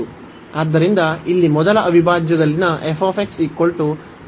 ಆದ್ದರಿಂದ ಇಲ್ಲಿ ಮೊದಲ ಅವಿಭಾಜ್ಯದಲ್ಲಿನ f ಆಗಿತ್ತು